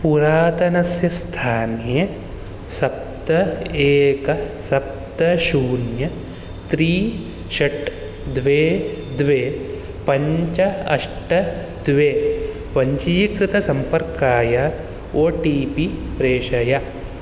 पुरातनस्य स्थाने सप्त एक सप्त शून्य त्रीणि षट् द्वे द्वे पञ्च अष्ट द्वे पञ्जीकृतसम्पर्काय ओ टी पी प्रेषय